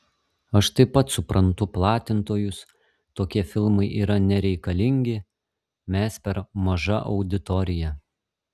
aš taip pat suprantu platintojus tokie filmai yra nereikalingi mes per maža auditorija